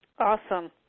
Awesome